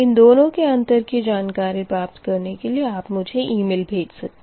इन दोनों के अंतर की जानकारी प्राप्त करने के लिए आप मुझे ईमेल भेज सकते है